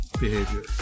behavior